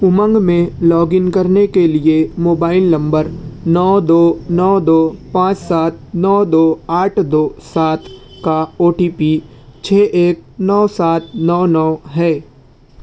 امنگ میں log in کرنے کے لیے موبائل نمبر نو دو نو دو پانچ سات نو دو آٹھ دو سات کا او ٹی پی چھ ایک نو سات نو نو ہے